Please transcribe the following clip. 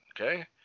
okay